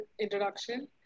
introduction